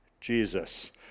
Jesus